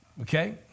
Okay